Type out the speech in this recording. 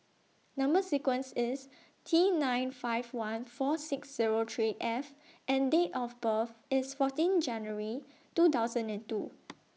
Number sequence IS T nine five one four six Zero three F and Date of birth IS fourteen January two thousand and two